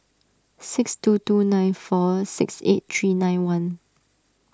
six two two nine four six eight three nine one